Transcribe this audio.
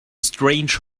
strange